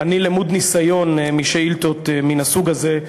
אני למוד ניסיון בשאילתות מן הסוג הזה,